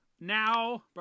now